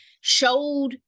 showed